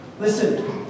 Listen